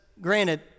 granted